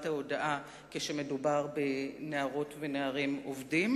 ההודעה כשמדובר בנערות ונערים עובדים,